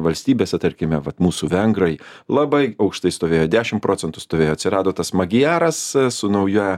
valstybėse tarkime vat mūsų vengrai labai aukštai stovėjo dešimt procentų stovėjo atsirado tas magiaras su nauja